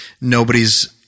nobody's